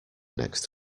next